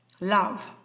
love